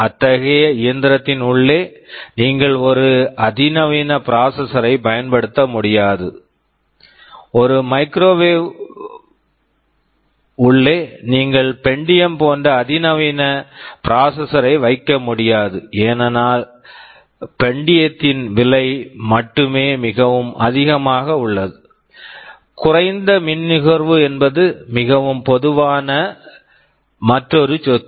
அத்தகைய இயந்திரத்தின் உள்ளே நீங்கள் ஒரு அதிநவீன ப்ராசெஸர் Processor ஐ பயன்படுத்த முடியாது ஒரு மைக்ரோவேவ் microwave உள்ளே நீங்கள் பென்டியம் pentium போன்ற ஒரு அதிநவீன ப்ராசெஸர் Processor ஐ வைக்க முடியாது ஏனென்றால் பென்டியம் pentium த்தின் விலை மட்டுமே மிகவும் அதிகமாக உள்ளது குறைந்த மின் நுகர்வு என்பது மிகவும் பொதுவான மற்றொரு சொத்து